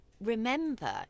remember